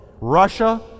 Russia